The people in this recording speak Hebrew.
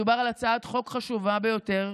מדובר על הצעת חוק חשובה ביותר,